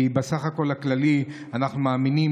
כי בסך הכול הכללי אנחנו מאמינים